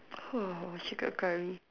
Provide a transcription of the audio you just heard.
oh she got curry